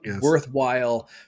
worthwhile